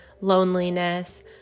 loneliness